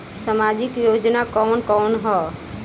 सामाजिक योजना कवन कवन ह?